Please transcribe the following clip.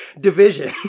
Division